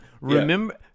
Remember